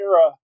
era